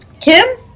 Kim